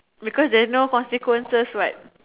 because there is no consequences what